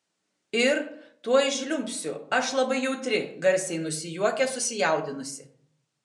ir tuoj žliumbsiu aš labai jautri garsiai nusijuokia susijaudinusi